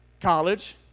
college